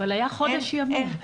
היה חודש ימים.